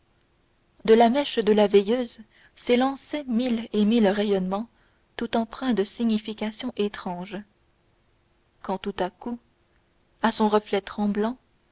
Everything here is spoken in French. de la mèche de la veilleuse s'élançaient mille et mille rayonnements tous empreints de significations étranges quand tout à coup à son reflet tremblant